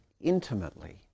intimately